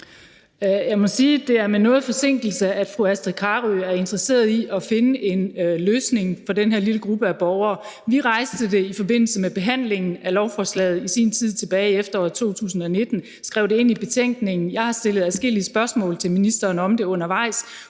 Jeg må sige, at det er med noget forsinkelse, at fru Astrid Carøe er interesseret i at finde en løsning for den her lille gruppe af borgere. Vi rejste det i forbindelse med behandlingen af lovforslaget i sin tid, tilbage i efteråret 2019, skrev det ind i betænkningen, jeg har stillet adskillige spørgsmål til ministeren om det undervejs,